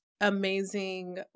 amazing